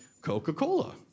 Coca-Cola